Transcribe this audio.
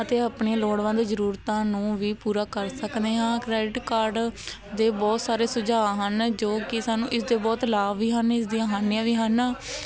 ਅਤੇ ਆਪਣੀਆਂ ਲੋੜਵੰਦ ਜ਼ਰੂਰਤਾਂ ਨੂੰ ਵੀ ਪੂਰਾ ਕਰ ਸਕਦੇ ਹਾਂ ਕ੍ਰੈਡਿਟ ਕਾਰਡ ਦੇ ਬਹੁਤ ਸਾਰੇ ਸੁਝਾਅ ਹਨ ਜੋ ਕਿ ਸਾਨੂੰ ਇਸ ਦੇ ਬਹੁਤ ਲਾਭ ਵੀ ਹਨ ਇਸ ਦੀਆਂ ਹਾਨੀਆਂ ਵੀ ਹਨ